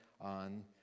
on